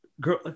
girl